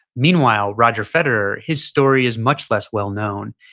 meanwhile, roger federer, his story is much less well known.